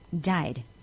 died